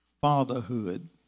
fatherhood